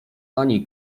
ani